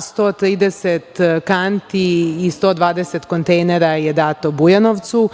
130 kanti i 120 kontejnera je dato Bujanovcu.